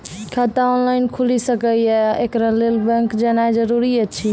खाता ऑनलाइन खूलि सकै यै? एकरा लेल बैंक जेनाय जरूरी एछि?